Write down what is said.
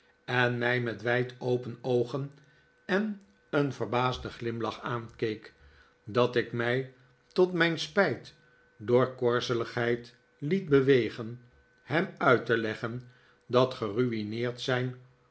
en mij met wijd open oogen en een verbaasden glimlach aankeek dat ik mij tot mijn spijt door korzeligheid liet bewegen hem uit te leggen dat geruineerd zijn